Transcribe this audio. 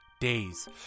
days